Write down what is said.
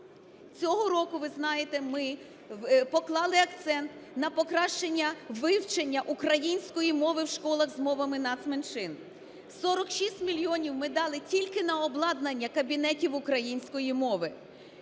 Цього року, ви знаєте, ми поклали акцент на покращення вивчення української мови в школах з мовами нацменшин, 46 мільйонів ми дали тільки на обладнання кабінетів української мови.